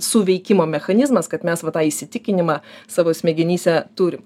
suveikimo mechanizmas kad mes va tą įsitikinimą savo smegenyse turim